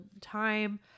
time